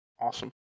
Awesome